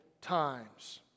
times